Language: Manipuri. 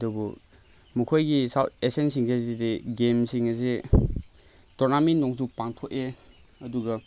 ꯑꯗꯨꯕꯨ ꯃꯈꯣꯏꯒꯤ ꯁꯥꯎꯠ ꯑꯦꯁꯤꯌꯥꯟꯁꯤꯡꯁꯦ ꯑꯁꯤꯗꯗꯤ ꯒꯦꯝꯁꯤꯡ ꯑꯁꯤ ꯇꯣꯔꯅꯥꯃꯦꯟ ꯅꯨꯡꯁꯨ ꯄꯥꯡꯊꯣꯛꯑꯦ ꯑꯗꯨꯒ